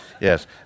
Yes